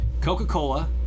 Coca-Cola